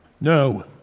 No